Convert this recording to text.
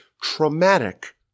traumatic